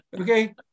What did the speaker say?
Okay